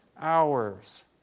hours